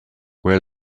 where